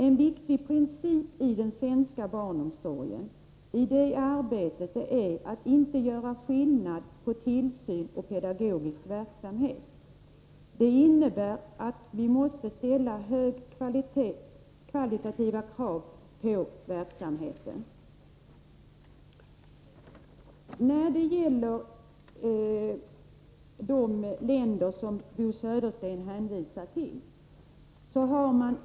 En viktig princip i arbetet med den svenska barnomsorgen är att man inte gör skillnad på tillsyn och pedagogisk verksamhet. Det innebär att vi måste ställa stora krav när det gäller kvaliteten på verksamheten. Bo Södersten hänvisade i sitt anförande till barnomsorgen i andra länder.